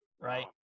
Right